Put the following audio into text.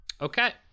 Okay